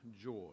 joy